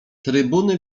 trybuny